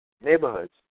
neighborhoods